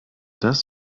das